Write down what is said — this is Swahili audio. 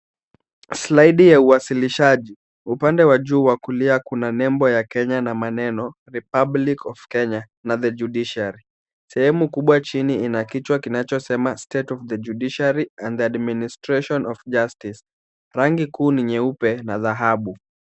Slaidi ya uwasilishaji, upande wa juu wa kulia kuna nembo ya Kenya na maneno, Republic of Kenya na The Judiciary . Sehemu kubwa chini ina kichwa kinachosema State of the Judiciary and the Administration of Justice . Rangi kuu ni nyeupe na dhahabu.